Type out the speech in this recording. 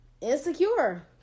Insecure